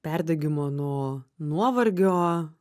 perdegimo nuo nuovargio